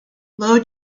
low